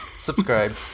Subscribe